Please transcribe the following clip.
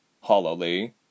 hollowly